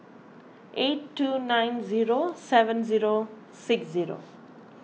eight two nine zero seven zero six zero